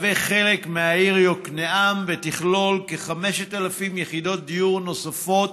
חלק מהעיר יקנעם ותכלול כ-5,000 יחידות דיור נוספות